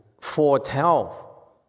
foretell